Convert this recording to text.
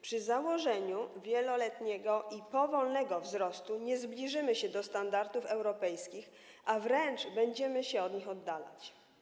Przy założeniu wieloletniego i powolnego wzrostu nie zbliżymy się do standardów europejskich, a wręcz będziemy się od nich oddalać.